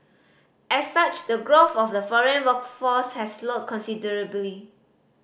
as such the growth of the foreign workforce has slowed considerably